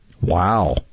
Wow